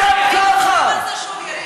סתם ככה.